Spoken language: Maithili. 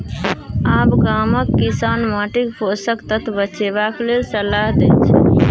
आब गामक किसान माटिक पोषक तत्व बचेबाक लेल सलाह दै छै